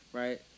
right